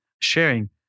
sharing